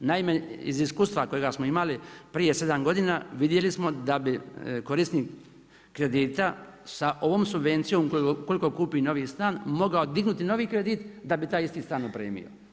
Naime, iz iskustva kojega smo imali, prije 7 godina vidjeli smo, da bi korisnik kredita sa ovom subvencijom ukoliko kupi novi stan, mogao dignuti novi kredit da bi taj isti stan opremio.